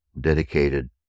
dedicated